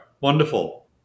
wonderful